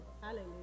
Hallelujah